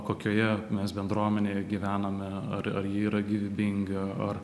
kokioje mes bendruomenėje gyvename ar ar ji yra gyvybinga ar